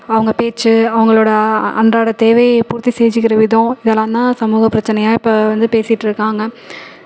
அவங்க பேச்சு அவங்களோட அன்றாட தேவை பூர்த்தி செஞ்சிக்கிற விதம் இதெல்லாம் தான் சமூக பிரச்சனையாக இப்போ வந்து பேசிகிட்டுருக்காங்க